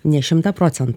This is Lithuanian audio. ne šimtą procen